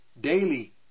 daily